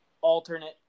alternate